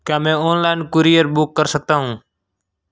क्या मैं online courier book कर सकता हूँ?